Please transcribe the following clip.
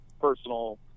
personal